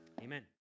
amen